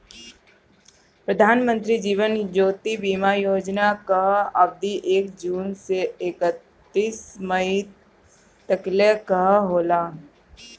प्रधानमंत्री जीवन ज्योति बीमा योजना कअ अवधि एक जून से एकतीस मई तकले कअ होला